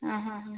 അ അ